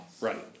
Right